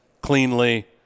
cleanly